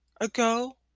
ago